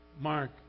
Mark